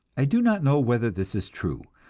i do not know whether this is true,